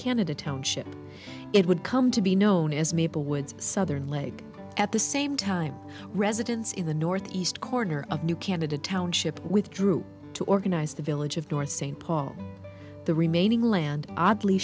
canada township it would come to be known as maple woods southern leg at the same time residents in the north east corner of new canada township withdrew to organize the village of north st paul the remaining land oddly